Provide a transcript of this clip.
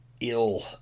ill